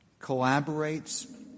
collaborates